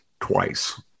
twice